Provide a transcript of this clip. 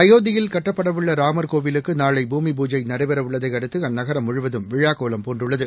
அயோத்தியில் கட்டப்படவுள்ளராமர் கோவிலுக்குநாளை பூமி பூஜை நடைபெறவுள்ளதைஅடுத்து அந்நகரம் முழுவதும் விழாக்கோலம் பூண்டுள்ளது